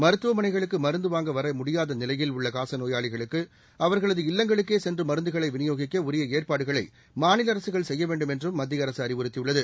மருத்துவமனைகளுக்கு மருந்து வாங்க வர முடியாத நிலையில் உள்ள காசநோயாளிகளுக்கு அவர்களது இல்லங்களுக்கே சென்று மருந்துகளை விநியோகிக்க உரிய ஏற்பாடுகளை மாநில அரசுகள் செய்ய வேண்டும் என்றும் மத்திய அரசு அறிவுறுத்தியுள்ளது